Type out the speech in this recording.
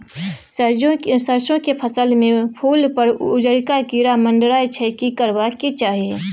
सरसो के फसल में फूल पर उजरका कीरा मंडराय छै की करबाक चाही?